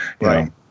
right